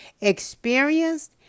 experienced